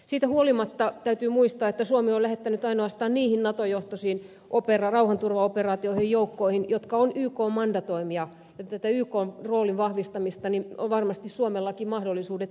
siitä huolimatta täytyy muistaa että suomi on lähettänyt ainoastaan niihin nato johtoisiin rauhanturvaoperaatioihin joukkoja jotka ovat ykn mandatoimia ja tätä ykn roolin vahvistamista on varmasti suomellakin mahdollisuudet edistää